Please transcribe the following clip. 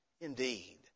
indeed